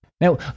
Now